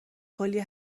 کلی